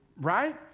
Right